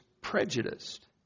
prejudiced